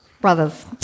Brothers